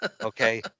okay